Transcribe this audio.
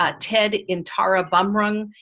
ah ted intarabumrung,